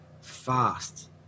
fast